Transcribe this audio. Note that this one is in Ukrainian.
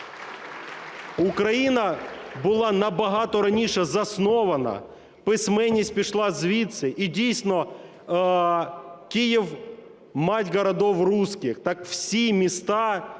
Україна була набагато раніше заснована, письменність пішла звідси. І, дійсно, Київ – мать городов руських. Так, всі міста